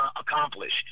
accomplished